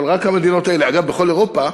אבל רק המדינות האלה, אגב, בכל אירופה